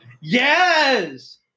Yes